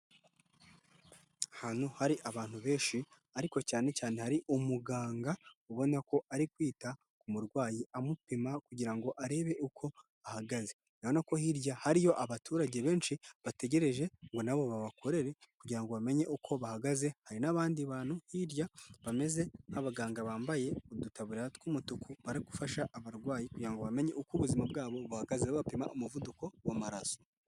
Ahantu hari abantu benshi ariko cyane cyane hari umuganga ubona ko arikwita ku murwayi amupima kugira ngo arebe uko ahagaze. Urabona ko hirya hariyo abaturage benshi bategereje ngo na bo babakorere kugira ngo bamenye uko bahagaze. Hari n'abandi bantu hirya bameze nk'abaganga bambaye udutaburiya tw'umutuku barigufasha abarwayi kugira ngo bamenye uko ubuzima bwabo buhagaze babapima umuvuduko w'amaraso.